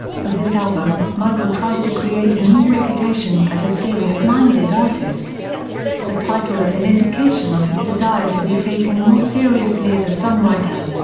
for this album, michael tried to create a new reputation as a serious-minded artist the title is an indication of his desire to be taken more seriously seriously as a songwriter.